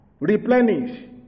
replenish